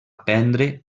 prendre